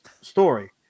story